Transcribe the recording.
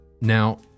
now